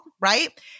Right